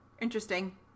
Interesting